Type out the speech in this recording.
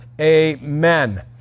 Amen